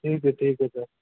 ठीक है ठीक है सर